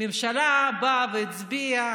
הממשלה הצביעה,